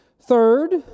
Third